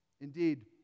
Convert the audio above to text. Indeed